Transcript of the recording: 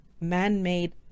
man-made